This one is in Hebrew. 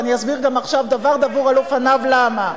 ואני אסביר גם עכשיו דבר דבור על אופניו למה.